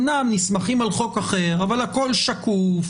אומנם מסמכים על חוק אחר אבל הכול שקוף,